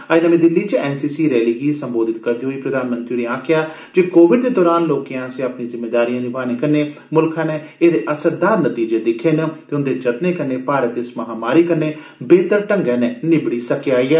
अज्ज नर्मी दिल्ली च एन सी सी रैली गी सम्बोधित करदे होई प्रधानमंत्री होरें गलाया जे कोविड दे दरान लोकें आसेआ अपनी जिम्मेदारियां निभाने कन्नै मुल्ख नै एहदे असरदार नतीजे दिक्खे न ते उंदे जतनें कन्नै भारत इस महामारी कन्नै बेहतर ढंग्गै'नै निब्बड़ी सकेआ ऐ